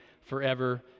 forever